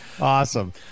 awesome